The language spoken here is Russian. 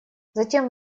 затем